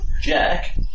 Jack